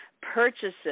purchases